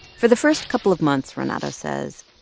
for the first couple of months, renato says,